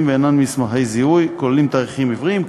ואינם מסמכי זיהוי כוללים תאריכים עבריים,